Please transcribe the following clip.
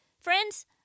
Friends